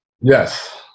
yes